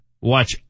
watch